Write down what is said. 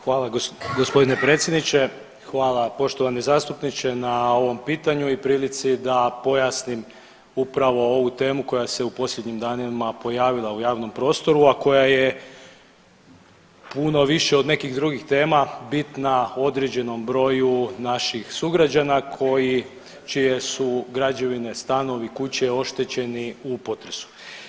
Hvala gospodine predsjedniče, hvala poštovani zastupniče na ovom pitanju i prilici da pojasnim upravo ovu temu koja se u posljednjim danima pojavila u javnom prostoru, a koja je puno više od nekih drugih tema bitna određenom broju naših sugrađana čije su građevine, stanovi, kuće oštećeni u potresu.